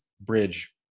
bridge